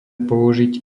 použiť